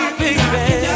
baby